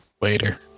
Later